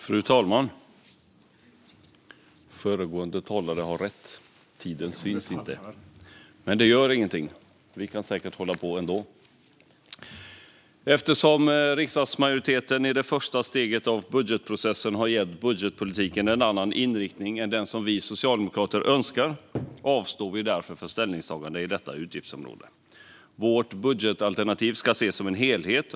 Fru talman! Eftersom riksdagsmajoriteten i det första steget av budgetprocessen har gett budgetpolitiken en annan inriktning än den som vi socialdemokrater önskar avstår vi från ställningstagande i fråga om detta utgiftsområde. Vårt budgetalternativ ska ses som en helhet.